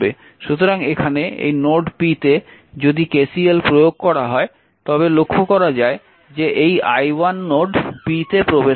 সুতরাং এখানে এই নোড p তে যদি KCL প্রয়োগ করা হয় তবে লক্ষ্য করা যায় যে এই i1 নোড p তে প্রবেশ করছে